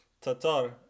Tatar